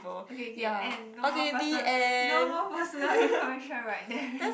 okay okay and no more person no more personal information